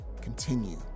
continue